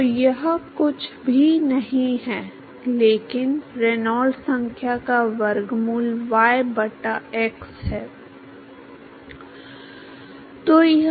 तो यह कुछ भी नहीं है लेकिन रेनॉल्ड्स संख्या का वर्गमूल y बटा x है